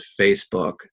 Facebook